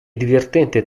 divertente